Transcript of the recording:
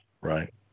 right